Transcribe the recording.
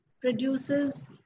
produces